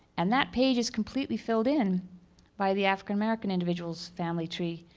and that page is completely filled in by the african american individual's family tree,